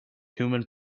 human